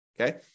Okay